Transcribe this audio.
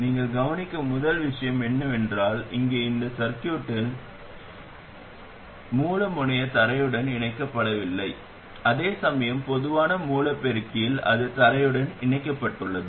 நீங்கள் கவனிக்கும் முதல் விஷயம் என்னவென்றால் இங்கே இந்த சர்க்யூட்டில் எங்கள் சர்க்யூட்டில் மூல முனையம் தரையுடன் இணைக்கப்படவில்லை அதேசமயம் பொதுவான மூல பெருக்கியில் அது தரையுடன் இணைக்கப்பட்டுள்ளது